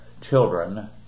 children